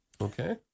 Okay